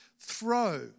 throw